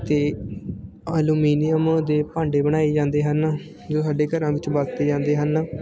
ਅਤੇ ਆਲੂਮੀਨੀਅਮ ਦੇ ਭਾਂਡੇ ਬਣਾਏ ਜਾਂਦੇ ਹਨ ਜੋ ਸਾਡੇ ਘਰਾਂ ਵਿੱਚ ਵਰਤੇ ਜਾਂਦੇ ਹਨ